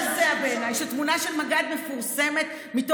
אני חושב כמוך.